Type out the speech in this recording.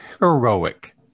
heroic